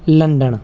London